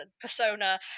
persona